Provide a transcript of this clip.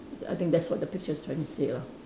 I think that's what the picture is trying to say lah